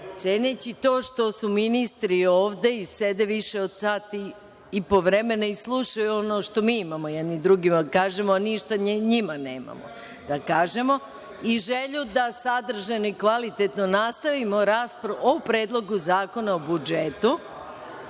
ceneći to što su ministri i sede više od sat i po vremena i slušaju ono što mi imamo jedni drugima da kažemo, a ništa njima nemamo da kažemo i želju da sadržajno i kvalitetno nastavimo raspravu o Predlogu zakona o budžetu